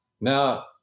Now